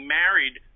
married